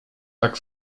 tak